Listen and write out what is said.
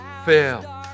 fail